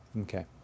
Okay